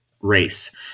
race